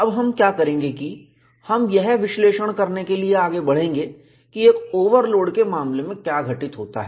अब हम क्या करेंगे कि हम यह विश्लेषण करने के लिए आगे बढ़ेंगे कि एक ओवरलोड के मामले में क्या घटित होता है